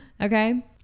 okay